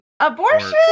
abortion